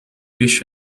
este